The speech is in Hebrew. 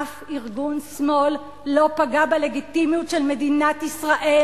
אף ארגון שמאל לא פגע בלגיטימיות של מדינת ישראל